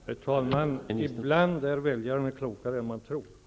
Herr talman! Ibland är väljarna klokare än vad Georg Andersson tror.